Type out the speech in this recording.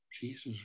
Jesus